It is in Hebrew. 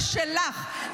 זה שלך.